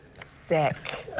sick.